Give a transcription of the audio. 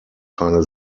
keine